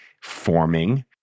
forming